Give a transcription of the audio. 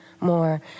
more